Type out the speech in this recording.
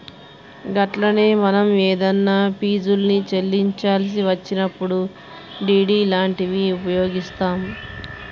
గట్లనే మనం ఏదన్నా ఫీజుల్ని చెల్లించాల్సి వచ్చినప్పుడు డి.డి లాంటివి ఉపయోగిస్తాం